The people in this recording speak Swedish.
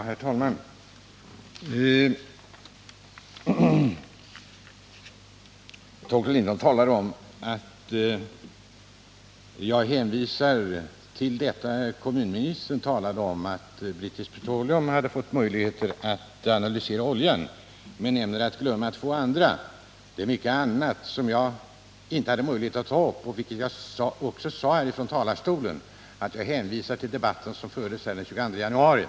Herr talman! Torkel Lindahl talade om att jag hänvisar till vad kommunministern sade om att British Petroleum fått möjligheter att analysera oljan men att jag skulle ha glömt att nämna två andra. Det är mycket annat som jag inte haft möjlighet att ta upp, och det sade jag också från talarstolen, där jag hänvisade till debatten som fördes den 22 januari.